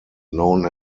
known